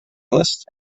list